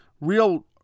Real